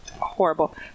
horrible